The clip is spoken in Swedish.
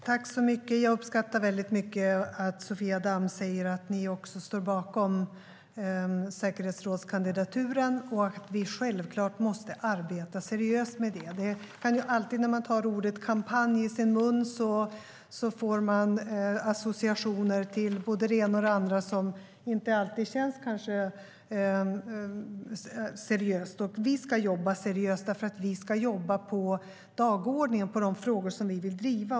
Herr ålderspresident! Jag uppskattar mycket att Sofia Damm säger att ni också står bakom kandidaturen till säkerhetsrådet. Självklart måste vi arbeta seriöst med det. Alltid när man tar ordet kampanj i sin mun får man associationer till både det ena och det andra som inte alltid kanske känns seriöst. Men vi ska jobba seriöst därför att vi ska jobba med de frågor på dagordningen som vi vill driva.